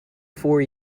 four